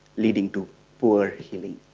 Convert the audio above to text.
leading to poor healing.